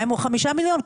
2 מיליון ₪ או 5 מיליון ₪,